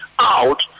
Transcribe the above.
out